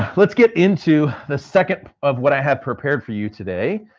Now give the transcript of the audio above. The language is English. let's get into the second of what i have prepared for you today.